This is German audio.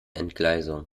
entgleisung